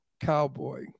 cowboy